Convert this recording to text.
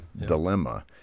dilemma